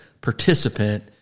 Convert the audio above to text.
participant